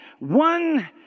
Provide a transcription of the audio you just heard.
One